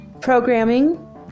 programming